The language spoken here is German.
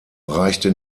reichte